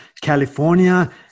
California